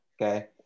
Okay